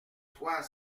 trois